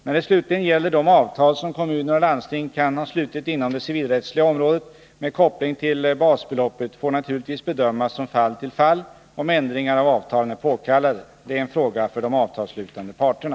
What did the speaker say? När det slutligen gäller de avtal som kommuner och landsting kan ha slutit inom det civilrättsliga området med koppling till basbeloppet får det naturligtvis bedömas från fall till fall om ändringar i avtalen är påkallade. Det är en fråga för de avtalsslutande parterna.